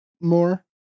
more